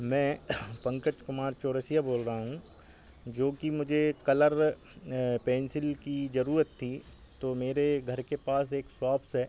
मैं पंकज कुमार चौरसिया बोल रहा हूँ जोकि मुझे कलर पेंसिल की ज़रूरत थी तो मेरे घर के पास एक सॉप्स है